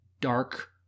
dark